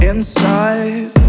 Inside